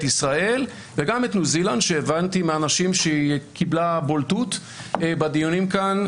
ישראל וגם את ניו-זילנד שהבנתי מאנשים שהיא קיבלה בולטות בדיונים כאן,